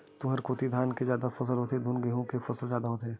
तुँहर कोती धान के जादा फसल होथे धुन गहूँ के फसल जादा होथे?